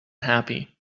happy